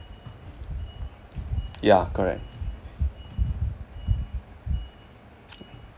yeah correct